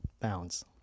pounds